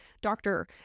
doctor